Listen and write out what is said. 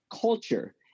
culture